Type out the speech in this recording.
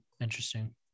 interesting